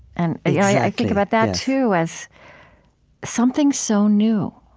and yeah i think about that too as something so new